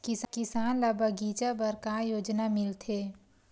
किसान ल बगीचा बर का योजना मिलथे?